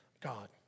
God